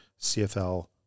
CFL